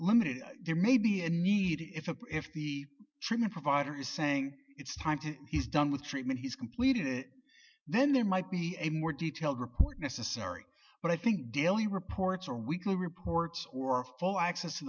limited there may be a need if if the treatment provider is saying it's time to he's done with treatment he's completed then there might be a more detailed report necessary but i think daily reports or weekly reports or full access